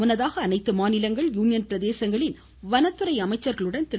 முன்னதாக அனைத்து மாநிலங்கள் யூனியன் பிரதேசங்களின் வனத்துறை அமைச்சர்களுடன் திரு